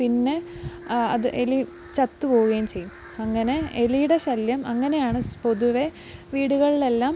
പിന്നെ അത് എലി ചത്തു പോവുകയും ചെയ്യും അങ്ങനെ എലിയുടെ ശല്യം അങ്ങനെയാണ് പൊതുവെ വീടുകളിലെല്ലാം